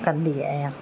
कंदी आहियां